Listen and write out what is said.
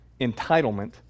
entitlement